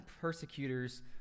persecutors